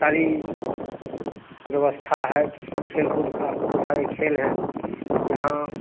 सारी व्यवस्था है खेल कूद का बहुत सारे खेल हैं यहाँ